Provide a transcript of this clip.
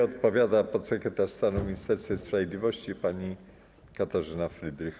Odpowiada podsekretarz stanu w Ministerstwie Sprawiedliwości pani Katarzyna Frydrych.